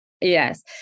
Yes